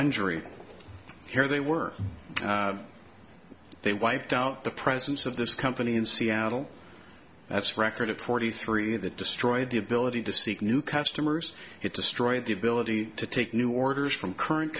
injury here they were they wiped out the presence of this company in seattle that's record at forty three that destroyed the ability to seek new customers it destroyed the ability to take new orders from current